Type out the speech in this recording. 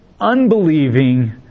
unbelieving